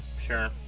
sure